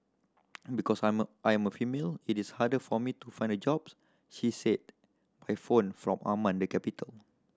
because I'm a I am a female it is harder for me to find jobs she said by phone from Amman the capital